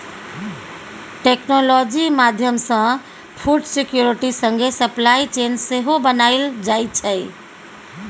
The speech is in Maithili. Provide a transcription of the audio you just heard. टेक्नोलॉजी माध्यमसँ फुड सिक्योरिटी संगे सप्लाई चेन सेहो बनाएल जाइ छै